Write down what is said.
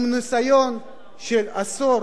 עם ניסיון של עשור